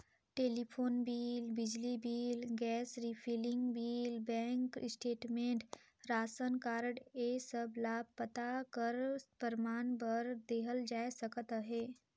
telephone bill, बिजली bill, gas refilling bill, bank खाता statement, रासन कारड ए सब ल पता कर परमान बर देहल जाए सकत अहे